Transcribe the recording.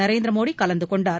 நரேந்திர மோடி கலந்து கொண்டார்